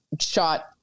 shot